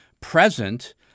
present